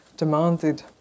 demanded